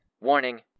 Warning